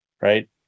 Right